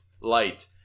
light